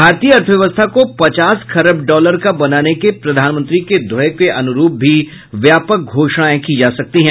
भारतीय अर्थव्यवस्था को पचास खरब डॉलर का बनाने के प्रधानमंत्री के ध्येय के अनुरूप भी व्यापक घोषणाएं की जा सकती हैं